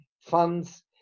funds